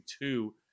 two